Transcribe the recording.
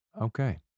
Okay